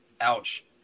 Ouch